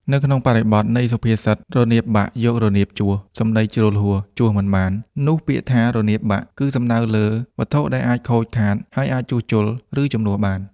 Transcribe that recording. នៅក្នុងបរិបទនៃសុភាសិត "រនាបបាក់ យករនាបជួស សម្តីជ្រុលហួស ជួសមិនបាន" នោះពាក្យថា"រនាបបាក់" គឺសំដៅលើ វត្ថុដែលអាចខូចខាត ហើយអាចជួសជុល ឬជំនួសបាន។